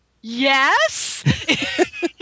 yes